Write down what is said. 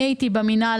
אני הייתי במינהל,